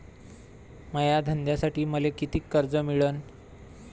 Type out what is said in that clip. माया धंद्यासाठी मले कितीक कर्ज मिळनं?